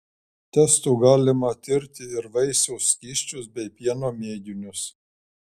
testu galima tirti ir vaisiaus skysčius bei pieno mėginius